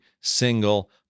single